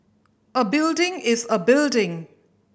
a building is a building